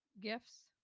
gifts